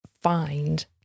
find